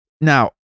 Now